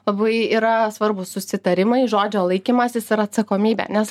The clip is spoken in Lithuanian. labai yra svarbūs susitarimai žodžio laikymasis ir atsakomybė nes